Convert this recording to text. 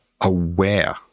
aware